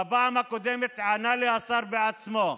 בפעם הקודמת ענה לי השר בעצמו,